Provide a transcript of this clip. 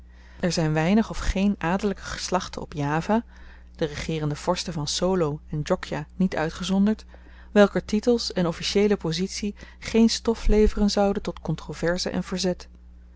er zyn weinig of geen adelyke geslachten op java de regeerende vorsten van solo en djokja niet uitgezonderd welker titels en officieele pozitie geen stof leveren zouden tot kontroverse en verzet